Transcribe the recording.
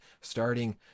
starting